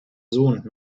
sohn